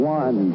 one